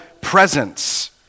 presence